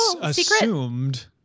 assumed